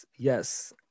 Yes